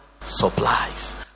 supplies